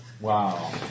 Wow